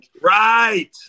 Right